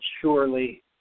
surely